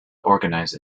organize